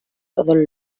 todos